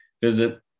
visit